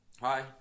Hi